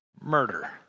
murder